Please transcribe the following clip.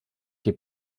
che